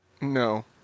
No